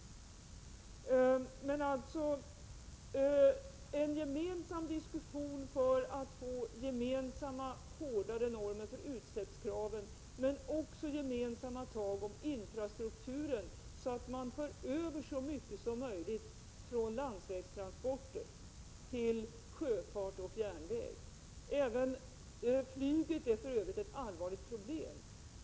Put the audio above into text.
Vi skall alltså ha en gemensam diskussion för att få gemensamma hårdare normer för utsläppskraven men också för att få gemensamma tag om infrastrukturen, så att man för över en så stor del som möjligt av transporterna från landsväg till sjöfart och järnväg. Även flyget utgör för Övrigt ett allvarligt problem.